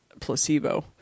placebo